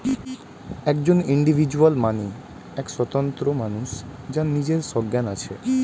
একজন ইন্ডিভিজুয়াল মানে এক স্বতন্ত্র মানুষ যার নিজের সজ্ঞান আছে